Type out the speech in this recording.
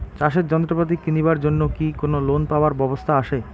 চাষের যন্ত্রপাতি কিনিবার জন্য কি কোনো লোন পাবার ব্যবস্থা আসে?